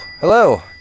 Hello